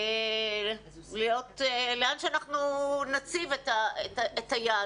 לאן שאנחנו נציב את היעד.